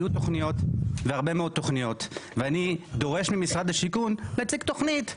היו תוכניות והרבה מאוד תוכניות ואני דורש ממשרד השיכון להציג תוכנית.